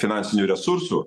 finansinių resursų